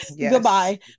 goodbye